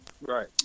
right